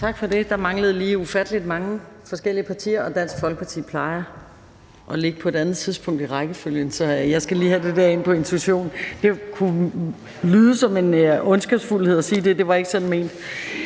Tak for det. Der manglede lige ufattelig mange forskellige partier, og Dansk Folkeparti plejer at ligge på et andet tidspunkt i rækkefølgen, så jeg skal lige have det her ind på intuitionen. Det kunne lyde som en ondskabsfuldhed at sige det, men det var ikke sådan ment.